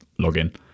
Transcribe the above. login